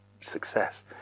success